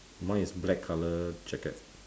mine is black colour jacket